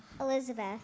Elizabeth